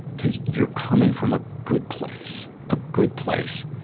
because you're coming from a good place, a good place,